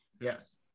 Yes